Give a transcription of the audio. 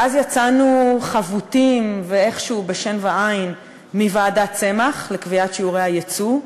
ואז יצאנו חבוטים ואיכשהו בשן ועין מוועדת צמח לקביעת שיעורי היצוא.